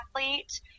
athlete